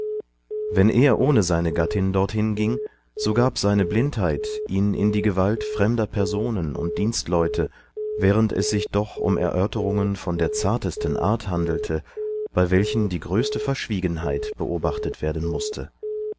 wenn er ohne seine gattin dorthin ging so gab seine blindheit ihn in die gewalt fremder personen und dienstleute während es sich doch um erörterungen von der zartesten art handelte bei welchen die größte verschwiegenheit beobachtet werden mußte